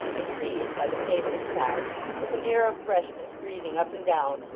and trees by the pavement side with an air of freshness breathing up and down,